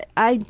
i,